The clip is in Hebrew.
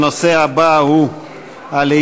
הנושא הבא הוא הצעות